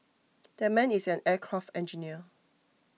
that man is an aircraft engineer